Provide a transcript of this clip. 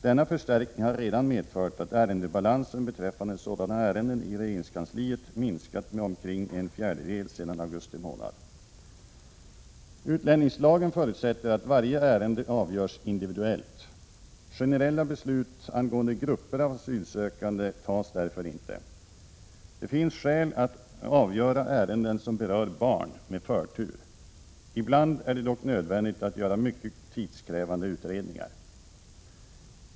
Denna förstärkning har redan medfört att ärendebalansen beträffande sådana ärenden i regeringskansliet minskat med omkring en fjärdedel sedan augusti månad. Utlänningslagen, 1980:376, förutsätter att varje ärende avgörs individuellt. Generella beslut angående grupper av asylsökande fattas därför inte. Det finns skäl att med förtur avgöra ärenden som berör barn. Ibland är det dock nödvändigt att göra mycket tidskrävande utredningar.